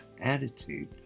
attitude